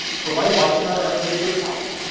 for my wife and i, our very first house.